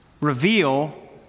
reveal